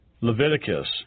Leviticus